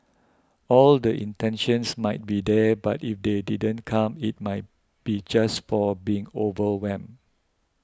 all the intentions might be there but if they didn't come it might be just for being overwhelmed